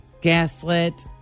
Gaslit